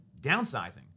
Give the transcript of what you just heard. downsizing